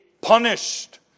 punished